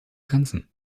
grenzen